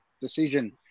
decision